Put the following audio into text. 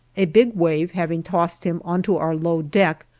a big wave having tossed him onto our low deck,